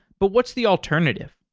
but what's the alternative?